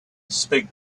speak